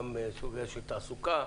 גם סוגיה של תעסוקה